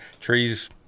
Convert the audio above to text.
trees –